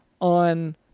on